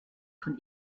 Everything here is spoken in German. von